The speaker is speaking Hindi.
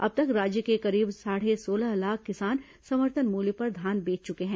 अब तक राज्य के करीब साढ़े सोलह लाख किसान समर्थन मूल्य पर धान बेच चुके हैं